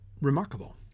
remarkable